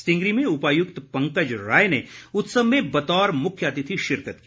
स्टींगरी में उपायुक्त पंकज राय ने उत्सव में बतौर मुख्य अतिथि शिरकत की